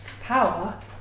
power